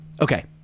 okay